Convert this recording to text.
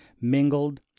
mingled